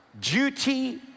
duty